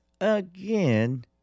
again